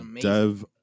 dev